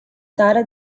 țară